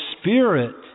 Spirit